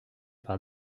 par